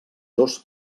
dos